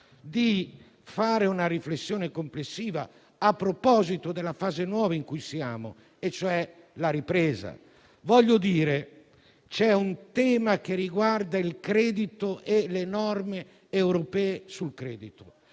di fare una riflessione complessiva a proposito della fase nuova in cui siamo, e cioè la ripresa. C'è un tema che riguarda il credito e le norme europee sul credito,